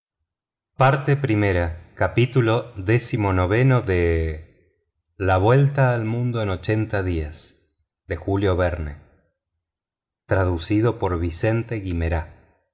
la vuelta al mundo en ochenta días capítulo iv de julio verne